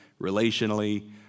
relationally